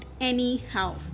anyhow